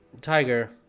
Tiger